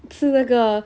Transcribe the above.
吃那个